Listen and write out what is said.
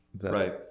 right